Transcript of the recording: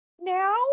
now